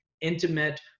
intimate